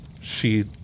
She